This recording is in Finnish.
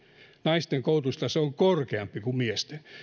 naisten koulutustaso on korkeampi kuin miesten